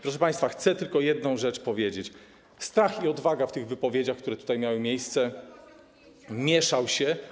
Proszę państwa, chcę tylko jedną rzecz powiedzieć: strach i odwaga w tych wypowiedziach, które tutaj miały miejsce, mieszały się.